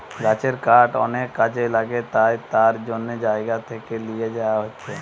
গাছের কাঠ অনেক কাজে লাগে তাই তার জন্যে জাগায় জাগায় লিয়ে যায়া হচ্ছে